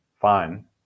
fine